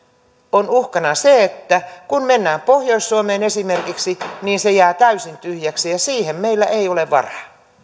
on uhkana se kun mietitään pohjois suomea esimerkiksi että se jää täysin tyhjäksi ja siihen meillä ei ole varaa